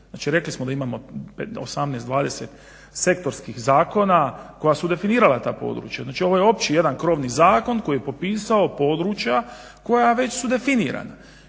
rekli smo da imamo 18, 20 sektorskih zakona koja su definirala ta područja, znači ovo je opći jedan krovni zakon koji je popisao područja koja već su definirana.